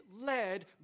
led